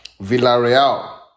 Villarreal